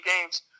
games